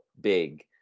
big